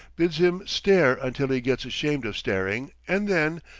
bids him stare until he gets ashamed of staring, and then,